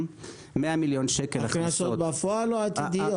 100 מיליון שקל הכנסות -- הכנסות בפועל או עתידיות?